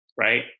Right